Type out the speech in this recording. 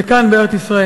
זה כאן בארץ-ישראל.